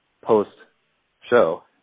post-show